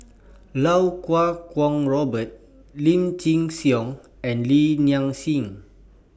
Iau Kuo Kwong Robert Lim Chin Siong and Li Nanxing